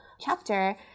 chapter